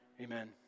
amen